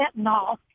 fentanyl